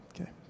Okay